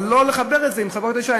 אבל לא לחבר את זה עם חברות קדישא.